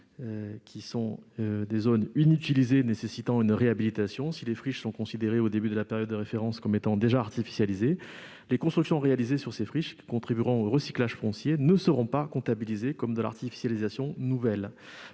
qui sont des zones inutilisées nécessitant une réhabilitation. Si les friches sont considérées, au début de la période de référence, comme étant déjà artificialisées, les constructions réalisées sur ces friches, qui contribueront au recyclage foncier, ne seront pas comptabilisées comme de l'artificialisation nouvelle.